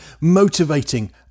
motivating